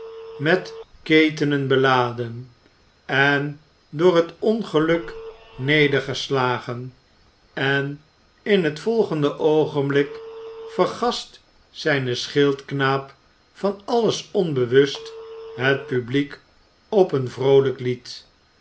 met ketenen beladen en door het ongeluk ternederges agen en in het volgende oogenblik vergast zijn schildknaap van alles onbewust het publiek op een vroolijk lied